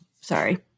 Sorry